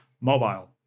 mobile